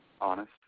Honest